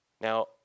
Now